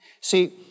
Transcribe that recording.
See